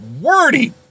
wordy